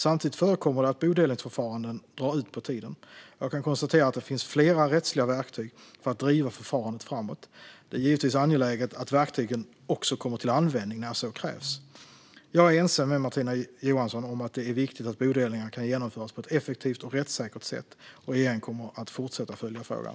Samtidigt förekommer det att bodelningsförfaranden drar ut på tiden. Jag kan konstatera att det finns flera rättsliga verktyg för att driva förfarandet framåt. Det är givetvis angeläget att verktygen också kommer till användning när så krävs. Jag är ense med Martina Johansson om att det är viktigt att bodelningar kan genomföras på ett effektivt och rättssäkert sätt. Regeringen kommer att fortsätta följa frågan.